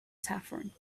saffron